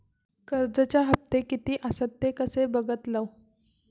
कर्जच्या हप्ते किती आसत ते कसे बगतलव?